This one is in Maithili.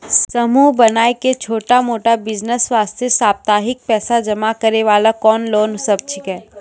समूह बनाय के छोटा मोटा बिज़नेस वास्ते साप्ताहिक पैसा जमा करे वाला लोन कोंन सब छीके?